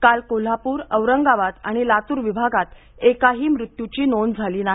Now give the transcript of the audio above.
काल कोल्हापूर औरंगाबाद आणि लातूर विभागात एकाही मृत्यूची नोंद झाली नाही